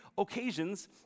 Occasions